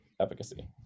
efficacy